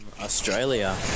Australia